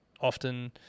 often